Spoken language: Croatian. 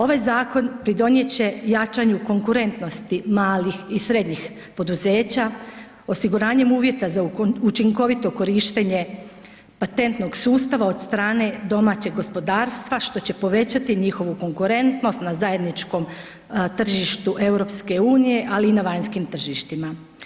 Ovaj zakon pridonijeti će jačanju konkurentnosti malih i srednjih poduzeća, osiguranjem uvjeta za učinkovito korištenje patentnog sustava od strane domaćeg gospodarstva što će povećati njihovu konkurentnost na zajedničkom tržištu EU ali i na vanjskim tržištima.